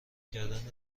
کردن